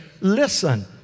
listen